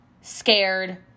scared